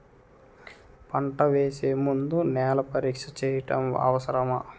పంట వేసే ముందు నేల పరీక్ష చేయటం అవసరమా?